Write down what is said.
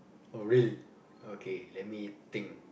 oh really oh okay let me think